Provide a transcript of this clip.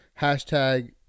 hashtag